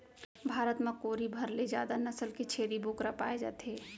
भारत म कोरी भर ले जादा नसल के छेरी बोकरा पाए जाथे